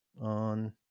on